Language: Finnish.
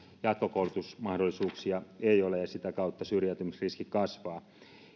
jatkokoulutusmahdollisuuksia ei ole ja sitä kautta syrjäytymisriski kasvaa